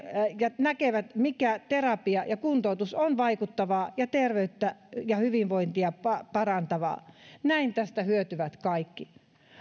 ja näkevät mikä terapia ja kuntoutus on vaikuttavaa ja terveyttä ja hyvinvointia parantavaa näin tästä hyötyvät kaikki